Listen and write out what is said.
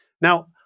Now